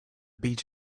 beach